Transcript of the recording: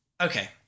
Okay